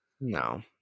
no